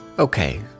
Okay